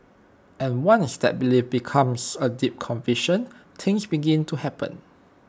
and once that belief becomes A deep conviction things begin to happen